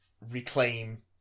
reclaim